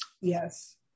yes